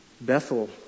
Bethel